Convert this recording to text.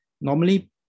Normally